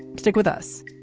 stick with us